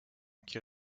qui